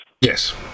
yes